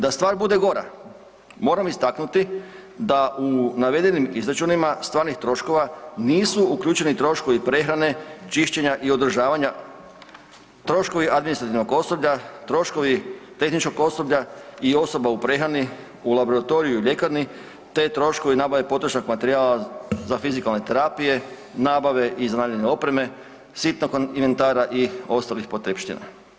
Da stvar bude gora moram istaknuti da u navedenim izračunima stvarnih troškova nisu uključeni troškovi prehrane, čišćenja i održavanja, troškovi administrativnog osoblja, troškovi tehničkog osoblja i osoba u prehrani, u laboratoriju i ljekarni te troškovi nabave potrošnog materijala za fizikalne terapije, nabave i zanavljanja opreme, sitnog inventara i ostalih potrepština.